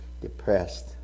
depressed